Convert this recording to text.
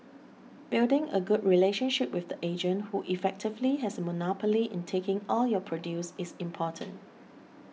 building a good relationship with the agent who effectively has a monopoly in taking all your produce is important